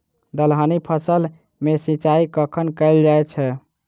दलहनी फसल मे सिंचाई कखन कैल जाय छै?